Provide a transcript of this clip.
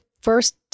first